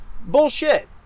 Bullshit